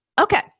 okay